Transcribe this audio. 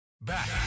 Back